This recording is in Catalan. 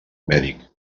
mèdic